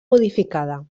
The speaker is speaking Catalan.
modificada